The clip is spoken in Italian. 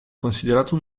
considerato